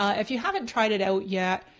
ah if you haven't tried it out yet,